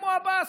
כמו עבאס,